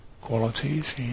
qualities